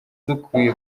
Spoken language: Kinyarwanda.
dukwiye